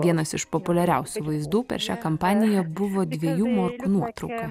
vienas iš populiariausių vaizdų per šią kampaniją buvo dviejų morkų nuotrauka